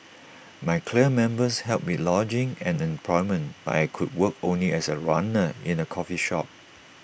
my clan members helped with lodging and employment but I could work only as A runner in A coffee shop